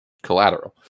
collateral